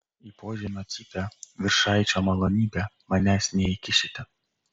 į požemio cypę viršaičio malonybe manęs neįkišite